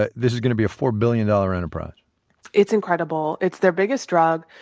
ah this is going to be a four billion dollars enterprise it's incredible. it's their biggest drug.